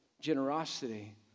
generosity